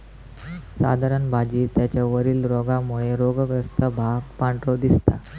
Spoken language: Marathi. साधारण भाजी त्याच्या वरील रोगामुळे रोगग्रस्त भाग पांढरो दिसता